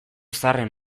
zaharren